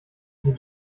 die